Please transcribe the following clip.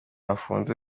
bafunze